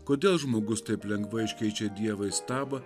kodėl žmogus taip lengvai iškeičia dievą į stabą